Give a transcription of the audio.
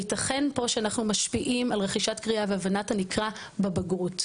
ייתכן פה שאנחנו משפיעים על רכישת קריאה והבנת הנקרא בבגרות.